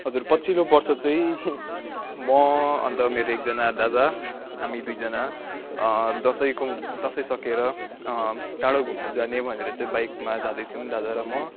हजुर पछिल्लो वर्ष चाहिँ म अन्त मेरो एकजना दादा हामी दुईजना दसैँको दसैँ सकेर टाढो घुम्न जाने भनेर चाहिँ बाइकमा जाँदै थियौँ दादा र म